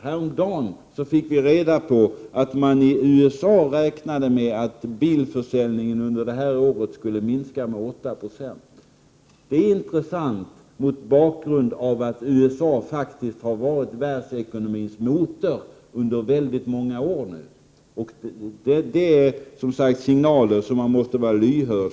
Häromdagen fick vi t.ex. reda på att man i USA räknar med att bilförsäljningen under detta år kommer att minska med 8 20. Detta är intressant, mot bakgrund av att USA faktiskt har varit världsekonomins motor under väldigt många år. När det gäller sådana här signaler måste man vara lyhörd.